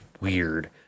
weird